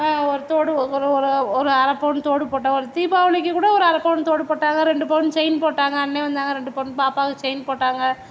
ஒரு தோடு ஒரு ஒரு ஒரு அரை பவுன் தோடு போட்டோம் ஒரு தீபாவளிக்கு கூட ஒரு அரை பவுன் தோடு போட்டாங்க ரெண்டு பவுன் செயின் போட்டாங்க அண்ணே வந்தாங்க ரெண்டு பவுன் பாப்பாவுக்கு செயின் போட்டாங்க